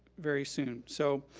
very soon. so,